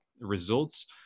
results